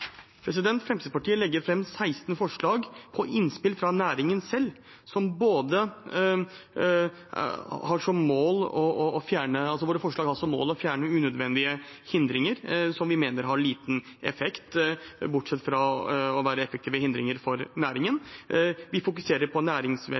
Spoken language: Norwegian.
Fremskrittspartiet legger fram 16 forslag etter innspill fra næringen selv. Forslagene våre har som mål å fjerne unødvendige hindringer som vi mener har liten effekt, bortsett fra å være effektive hindringer for